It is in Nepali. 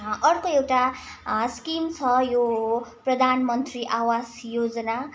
अर्को एउटा स्किम छ यो हो प्रधानमन्त्री आवास योजना